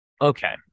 okay